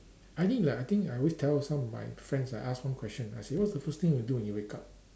I think ah I think I always tell some of my friends I ask one question I say what's the first thing you do when you wake up